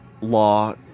law